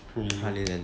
eh